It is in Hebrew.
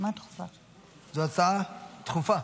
זאת הצעה דחופה.